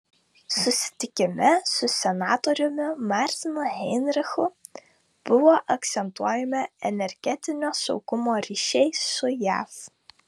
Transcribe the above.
susitikime su senatoriumi martinu heinrichu buvo akcentuojami energetinio saugumo ryšiai su jav